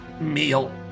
meal